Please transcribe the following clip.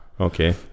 Okay